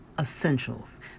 essentials